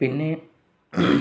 പിന്നെ